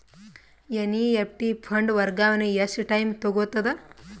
NEFT fund ವರ್ಗಾವಣೆ ಎಷ್ಟ time ತೋಗೊತದ?